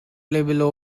label